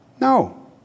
No